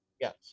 Yes